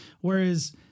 Whereas